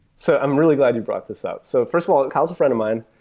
so i'm really glad you brought this up. so first of all, kyle is a friend of mine.